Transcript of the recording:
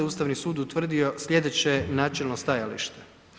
Ustavni sud utvrdio slijedeće načelno stajalište.